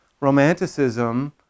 Romanticism